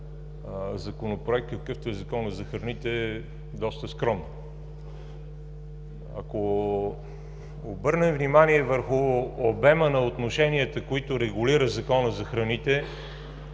Законопроект, какъвто е Законът за храните, е доста скромна. Ако обърнем внимание върху обема на отношенията, които регулира Законът за храните,